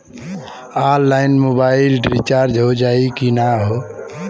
Online mobile recharge हो जाई की ना हो?